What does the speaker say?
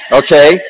okay